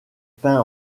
peint